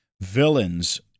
Villains